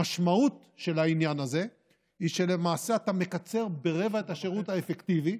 המשמעות של העניין הזה היא שלמעשה אתה מקצר ברבע את השירות האפקטיבי,